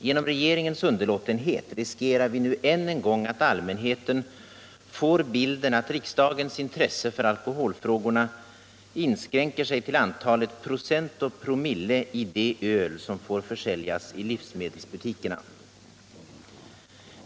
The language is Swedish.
Genom regeringens underlåtenhet riskerar vi nu än en gång att allmänheten får bilden att riksdagens intresse för alkoholfrågorna inskränker sig till antalet procent och promille i det öl som får försäljas i livsmedelsbutikerna.